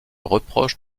reproche